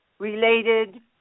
Related